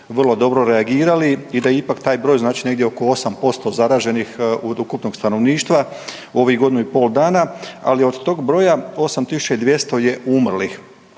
vrlo dobro reagirali i da ipak taj broj znači negdje oko 8% zaraženih od ukupnog stanovništva u ovih godinu i pol dana. Ali od tog broja 8 tisuća i 200 je umrlih.